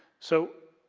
so,